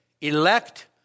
elect